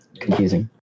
confusing